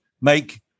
make